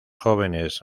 jóvenes